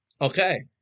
okay